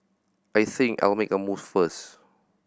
I think I'll make a move first